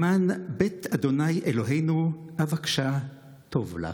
למען בית ה' אלהינו אבקשה טוב לך".